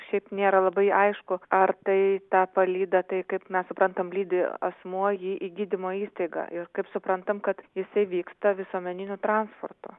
šiaip nėra labai aišku ar tai ta palyda tai kaip mes suprantam lydi asmuo jį į gydymo įstaigą ir kaip suprantam kad jisai vyksta visuomeniniu transportu